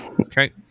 Okay